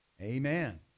Amen